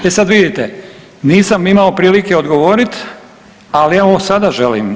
E sad vidite, nisam imao prilike odgovorit, ali evo sada želim.